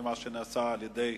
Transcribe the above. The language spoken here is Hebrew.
מה שנעשה על-ידי